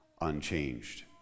unchanged